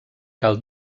cal